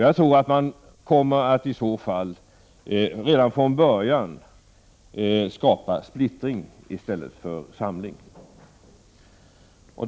Jag tror att man, om så blir fallet, redan från början skapar splittring i stället för samling.